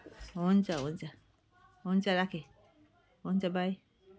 हुन्छ हुन्छ हुन्छ राखेँ हुन्छ बाई